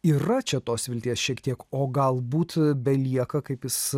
yra čia tos vilties šiek tiek o galbūt belieka kaip jis